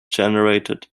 generated